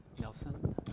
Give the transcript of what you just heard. Nelson